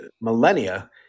millennia